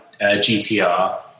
GTR